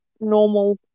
normal